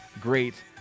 great